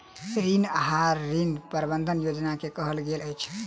ऋण आहार, ऋण प्रबंधन योजना के कहल गेल अछि